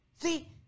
see